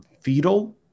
fetal